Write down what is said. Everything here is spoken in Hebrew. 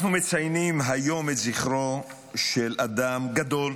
אנחנו מציינים היום את זכרו של אדם גדול,